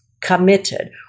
committed